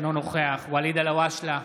אינו נוכח ואליד אלהואשלה,